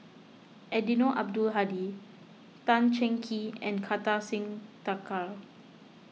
Eddino Abdul Hadi Tan Cheng Kee and Kartar Singh Thakral